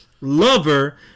lover